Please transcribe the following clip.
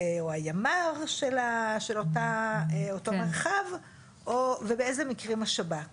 או הימ"ר של אותו מרחב, ובאילו מקרים השב"כ.